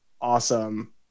awesome